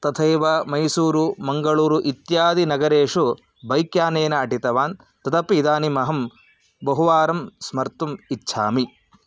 तथैव मैसूरु मङ्गळूरु इत्यादिनगरेषु बैक् यानेन अटितवान् तदपि इदानीमहं बहुवारं स्मर्तुम् इच्छामि